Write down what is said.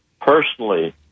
personally